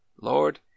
Lord